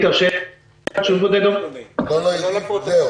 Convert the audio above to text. תודה רבה.